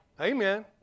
Amen